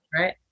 right